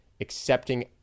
accepting